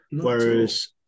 Whereas